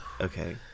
Okay